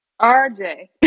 RJ